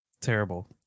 terrible